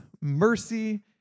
mercy